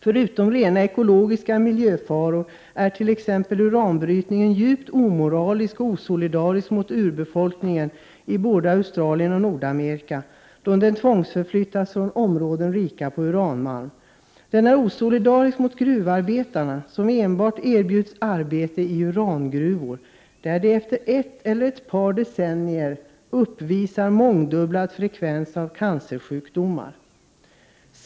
Förutom rena ekologiska miljöfaror är t.ex. uranbrytningen djupt omoralisk och osolidarisk mot urbefolkningen i både Australien och Nordamerika, då denna befolkning tvångsförflyttas från områden rika på uranmalm. Den är osolidarisk mot gruvarbetarna, som enbart erbjuds arbete i urangruvor, där de efter ett eller ett par decennier uppvisar mångdubblad frekvens av cancersjukdomar.